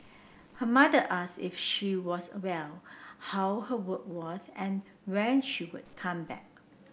her mother asked if she was well how her work was and when she would come back